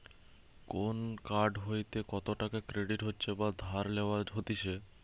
কোন কার্ড হইতে কত টাকা ক্রেডিট হচ্ছে বা ধার লেওয়া হতিছে